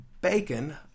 BACON